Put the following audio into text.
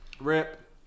Rip